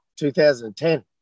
2010